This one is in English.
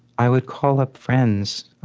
i would call up friends.